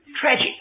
tragic